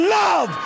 love